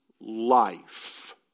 life